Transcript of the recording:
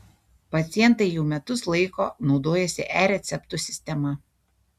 pacientai jau metus laiko naudojasi e receptų sistema